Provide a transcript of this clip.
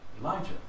Elijah